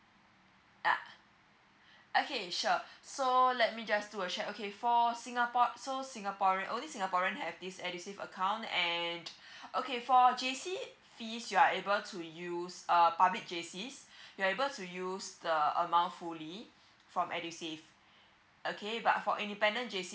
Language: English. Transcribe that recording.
uh okay sure so let me just do a check okay for singapore~ so singaporean only singaporean have this edusave account and okay for J_C fees you are able to use a public J_C you are able to use the amount fully from edusave okay but for independent J_C